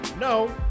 no